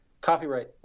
copyright